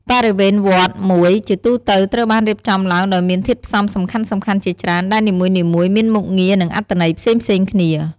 បរិវេណវត្តមួយជាទូទៅត្រូវបានរៀបចំឡើងដោយមានធាតុផ្សំសំខាន់ៗជាច្រើន ដែលនីមួយៗមានមុខងារ និងអត្ថន័យផ្សេងៗគ្នា។